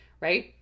right